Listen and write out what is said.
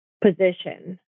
position